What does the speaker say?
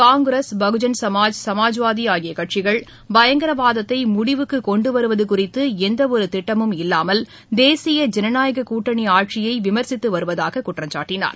காங்கிரஸ் பகுஐன் சமாஜ்வாதிஆகியகட்சிகள் சமாஜ் பயங்கரவாதத்தைமுடிவுக்குகொண்டுவருவதுகுறித்துஎந்தவொருதிட்டமும் முல்லாமல் தேசிய ஜனநாயககூட்டணிஆட்சியைவிமர்சித்துவருவதாகக் குற்றம் சாட்டினார்